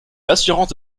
l’assurance